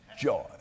joy